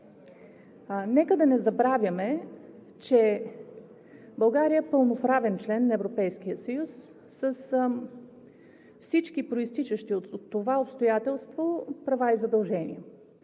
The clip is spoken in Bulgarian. Нека да не забравяме, че България е пълноправен член на Европейския съюз, с всички произтичащи от това обстоятелство права и задължения.